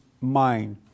mind